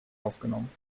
aufgenommen